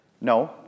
No